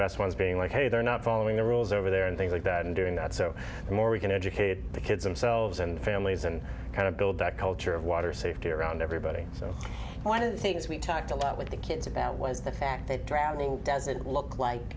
best ones being like hey they're not following the rules over there and things like that and doing that so the more we can educate the kids themselves and families and kind of build that culture of water safety around everybody so one of the things we talked a lot with the kids about was the fact that drowning doesn't look like